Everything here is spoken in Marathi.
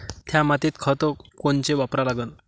थ्या मातीत खतं कोनचे वापरा लागन?